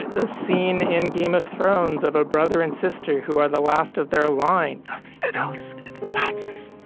a scene in game of thrones of a brother and sister who are the last of their line house that's